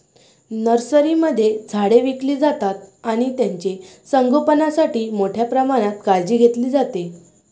नर्सरीमध्ये झाडे विकली जातात आणि त्यांचे संगोपणासाठी मोठ्या प्रमाणात काळजी घेतली जाते